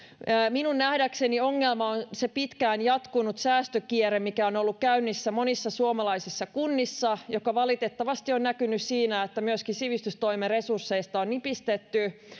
minun nähdäkseni ongelma on se pitkään jatkunut säästökierre mikä on on ollut käynnissä monissa suomalaisissa kunnissa mikä valitettavasti on näkynyt siinä että myöskin sivistystoimen resursseista on nipistetty